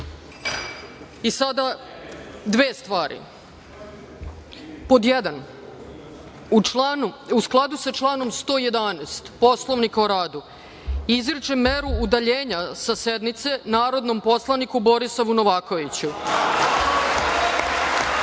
Vlade. Sada dve stvari. Pod jedan, u skladu sa članom 111. Poslovnika o radu, izričem meru udaljenja sa sednice narodnom poslaniku Borislavu Novakoviću, meru